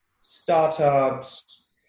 startups